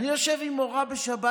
אני יושב עם מורה בשבת,